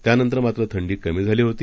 त्यानंतरमात्रथंडीकमीझालीहोती